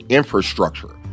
infrastructure